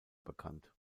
bekannt